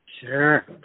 Sure